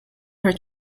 her